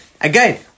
Again